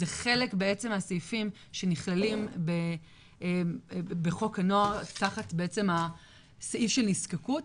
זה חלק בעצם מהסעיפים שנכללים בחוק הנוער תחת הסעיף של נזקקות.